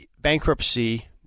bankruptcy